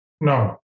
no